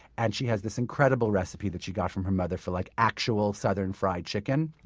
and she has this incredible recipe that she got from her mother for like actual southern fried chicken.